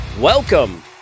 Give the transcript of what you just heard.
Welcome